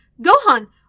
Gohan